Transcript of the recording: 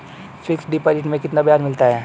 Fix deposit में कितना ब्याज मिलता है?